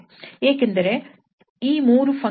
ಏಕೆಂದರೆ ಈ ಮೂರು ಫಂಕ್ಷನ್ ಗಳ ಸಾಮಾನ್ಯ ಪೀರಿಯಡ್ ಇಲ್ಲಿ 2𝜋 ಆಗಿದೆ